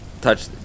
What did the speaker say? touch